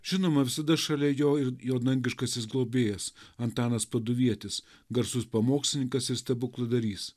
žinoma visada šalia jo ir jo dangiškasis globėjas antanas paduvietis garsus pamokslininkas ir stebukladarys